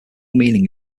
meaning